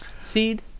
seed